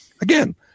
Again